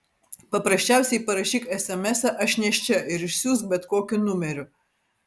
paprasčiausiai parašyk esemesą aš nėščia ir išsiųsk bet kokiu numeriu